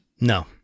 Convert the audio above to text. No